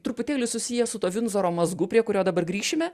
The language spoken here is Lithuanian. truputėlį susiję su tuo vindzoro mazgu prie kurio dabar grįšime